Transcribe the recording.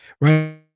Right